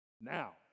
now